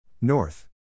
North